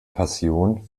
passion